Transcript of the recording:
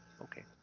Okay